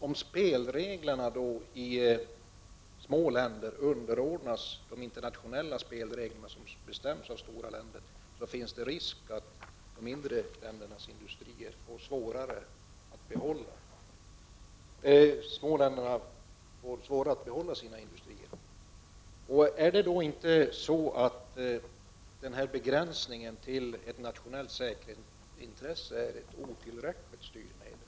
Om spelreglerna i små länder underordnas de internationella spelreglerna, som bestäms av stora länder, finns det risk att de små länderna får svårare att behålla sina industrier. Är inte begränsningen till ett nationellt säkerhetsintresse ett otillräckligt styrmedel?